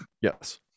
Yes